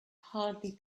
hardly